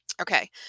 Okay